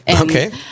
okay